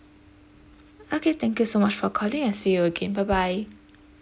okay thank you so much for calling and see you again bye bye